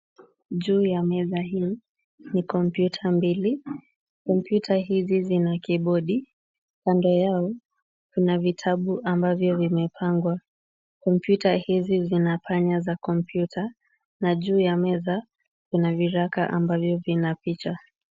Juu ya meza hii ni kompiuta mbili, kompiuta hizi zina kibodi, kando yao kuna vitabu ambavyo vimepangwa, kompiuta hizi zina panya za kompiuta na juu ya meza kuna viraka ambavyo vina picha.